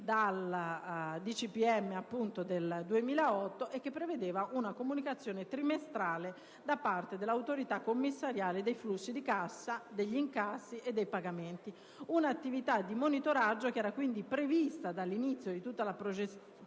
ministri del 2008, che prevedeva una comunicazione trimestrale da parte dell'autorità commissariale dei flussi di cassa, degli incassi e dei pagamenti. Un'attività di monitoraggio prevista dall'inizio di tutta la procedura